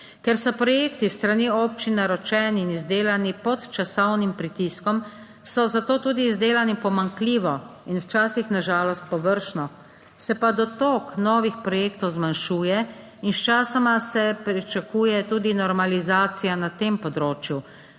Ker so projekti s strani občin naročeni in izdelani pod časovnim pritiskom, so za to tudi izdelani pomanjkljivo in včasih, na žalost, površno, se pa dotok novih projektov zmanjšuje in sčasoma se pričakuje tudi normalizacija na tem področju,